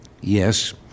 Yes